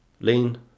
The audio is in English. lean